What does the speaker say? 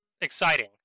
Exciting